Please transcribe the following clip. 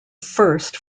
first